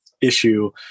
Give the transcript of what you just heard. issue